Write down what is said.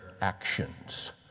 actions